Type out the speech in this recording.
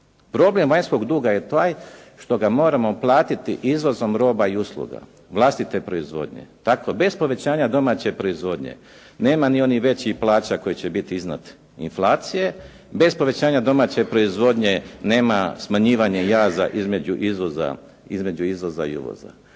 Problem vanjskog duga je taj što ga moramo platiti izvozom roba i usluga vlastite proizvodnje. Tako bez povećanja domaće proizvodnje nema ni onih većih plaća koje će biti iznad inflacije, bez povećanja domaće proizvodnje nema smanjivanja jaza između izvoza i uvoza.